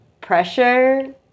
pressure